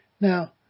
Now